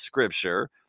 Scripture